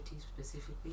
specifically